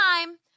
time